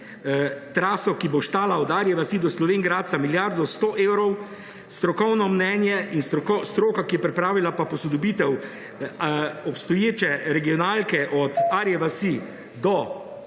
traso, ki bo stala od Arje vasi do Slovenj Gradca milijardo sto evrov, strokovno mnenje in stroka, ki je pripravila pa posodobitev obstoječe regionalke od Arje vasi do